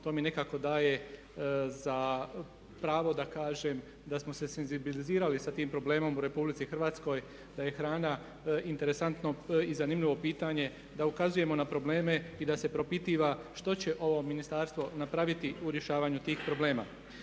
To mi nekako daje za pravo da kažem da smo se senzibilizirali sa tim problemom u Republici Hrvatskoj, da je hrana interesantno i zanimljivo pitanje, da ukazujemo na probleme i da se propitiva što će ovo ministarstvo napraviti u rješavanju tih problema.